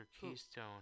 Keystone